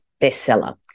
bestseller